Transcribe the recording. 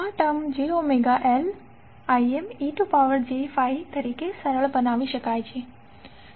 તો આ term jωLImej∅ તરીકે સરળ બનાવી શકાય છે